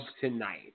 tonight